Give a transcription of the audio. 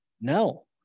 no